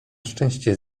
szczęście